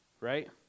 right